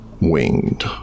winged